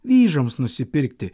vyžoms nusipirkti